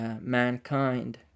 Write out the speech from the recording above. mankind